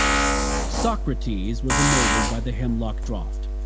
socrates was ennobled by the hemlock draft.